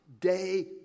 day